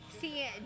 See